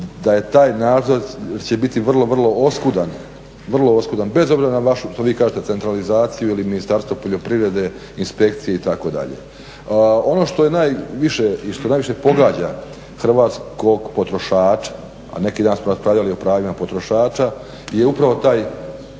da taj nadzor će biti vrlo, vrlo oskudan bez obzira na vašu što vi kažete centralizaciju ili Ministarstvo poljoprivrede, inspekcije itd. Ono što najviše pogađa hrvatskog potrošača, a neki dan smo raspravljali o pravima potrošača, je upravo taj